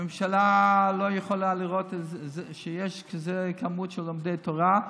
הממשלה לא יכולה לראות שיש מספר כזה של לומדי תורה,